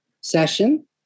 session